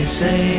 say